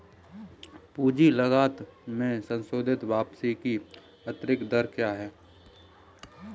पूंजी लागत में संशोधित वापसी की आंतरिक दर क्या है?